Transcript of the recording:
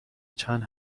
چند